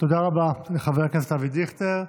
תודה רבה לחבר הכנסת אבי דיכטר.